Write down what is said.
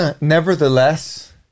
nevertheless